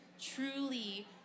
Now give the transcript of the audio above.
truly